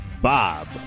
Bob